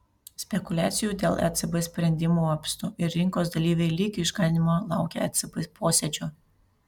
spekuliacijų dėl ecb sprendimo apstu ir rinkos dalyviai lyg išganymo laukia ecb posėdžio